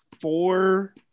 four